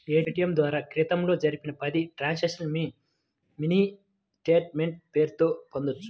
ATM ద్వారా క్రితంలో జరిపిన పది ట్రాన్సక్షన్స్ ని మినీ స్టేట్ మెంట్ పేరుతో పొందొచ్చు